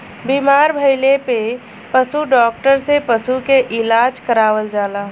बीमार भइले पे पशु डॉक्टर से पशु के इलाज करावल जाला